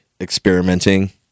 experimenting